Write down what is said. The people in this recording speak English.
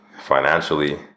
financially